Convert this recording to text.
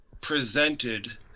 presented